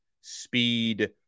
speed